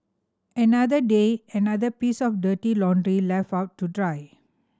another day another piece of dirty laundry left out to dry